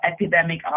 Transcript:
epidemic